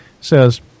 says